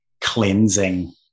cleansing